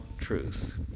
truth